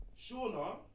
Shauna